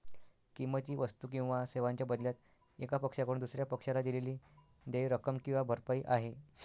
किंमत ही वस्तू किंवा सेवांच्या बदल्यात एका पक्षाकडून दुसर्या पक्षाला दिलेली देय रक्कम किंवा भरपाई आहे